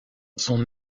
son